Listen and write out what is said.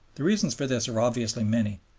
the reasons for this are obviously many,